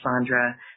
Sandra